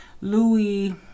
Louis